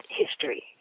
history